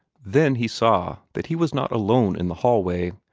then he saw that he was not alone in the hall-way.